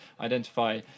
identify